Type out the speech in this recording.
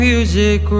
Music